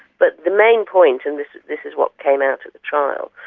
but the main point, and this this is what came out at the trial,